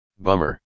Bummer